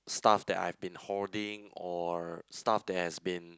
stuff that I've been holding or stuff that has been